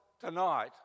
tonight